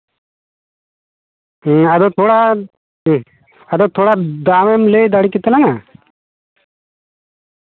ᱦᱮᱸ ᱟᱫᱚ ᱛᱷᱚᱲᱟ ᱫᱟᱢᱮᱢ ᱞᱟᱹᱭ ᱫᱟᱲᱮ ᱠᱮᱛᱟ ᱞᱟᱝᱟ